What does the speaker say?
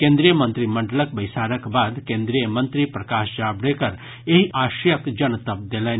केन्द्रीय मंत्रिमंडलक बैसारक बाद केन्द्रीय मंत्री प्रकाश जावड़ेकर एहि आशयक जनतब देलनि